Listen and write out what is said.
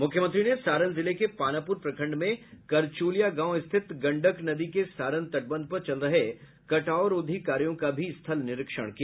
मुख्यमंत्री ने सारण जिले के पानापुर प्रखंड में करचोलियां गांव स्थित गंडक नदी के सारण तटबंध पर चल रहे कटावरोधी कार्यों का भी स्थल निरीक्षण किया